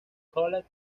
college